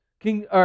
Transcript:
King